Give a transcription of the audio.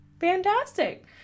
Fantastic